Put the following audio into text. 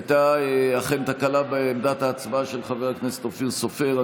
הייתה אכן תקלה בעמדת ההצבעה של חבר הכנסת אופיר סופר,